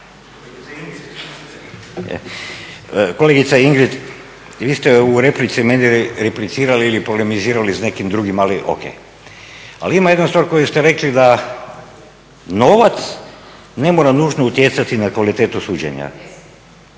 Kolegice Ingrid vi ste u replici meni replicirali ili polemizirali s nekim drugim ali o.k., ali ima jedna stvar koju ste rekli da novac ne mora nužno utjecati na kvalitetu suđenja,